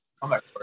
Comeback